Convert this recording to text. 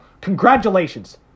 Congratulations